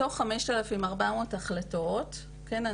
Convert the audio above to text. מתוך 5,400 החלטות, כן?